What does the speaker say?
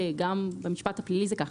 גם במשפט הפלילי זה כך.